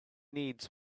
needs